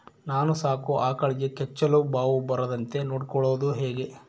ನಾನು ಸಾಕೋ ಆಕಳಿಗೆ ಕೆಚ್ಚಲುಬಾವು ಬರದಂತೆ ನೊಡ್ಕೊಳೋದು ಹೇಗೆ?